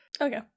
okay